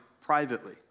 privately